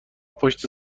پشت